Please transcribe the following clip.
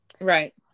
Right